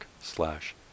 slash